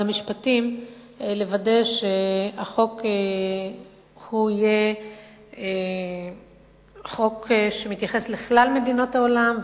המשפטים לוודא שהחוק יהיה חוק שמתייחס לכלל מדינות העולם,